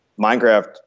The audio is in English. Minecraft